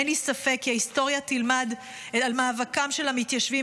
אין לי ספק כי ההיסטוריה תלמד על מאבקם של המתיישבים